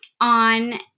on